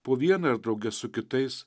po vieną ir drauge su kitais